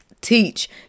teach